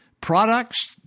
products